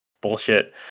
bullshit